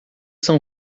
são